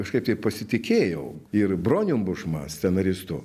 kažkaip taip pasitikėjau ir bronium bušma scenaristu